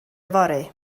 yfory